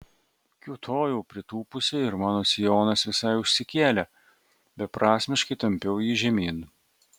kiūtojau pritūpusi ir mano sijonas visai užsikėlė beprasmiškai tampiau jį žemyn